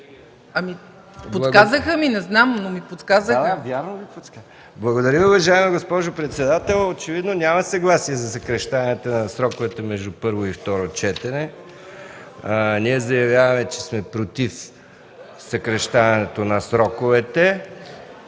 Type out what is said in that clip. Подсказаха ми. Не знам, но ми подсказаха. МИХАИЛ МИКОВ: Да, да, вярно Ви подсказаха. Благодаря Ви, уважаема госпожо председател. Очевидно няма съгласие за съкращаването на сроковете между първо и второ четене. Ние заявяваме, че сме против съкращаването на сроковете,